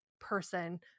person